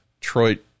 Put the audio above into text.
Detroit